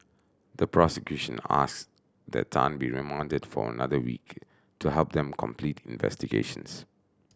the prosecution asked that Tan be remanded for another week to help them complete investigations